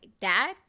Dad